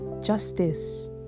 justice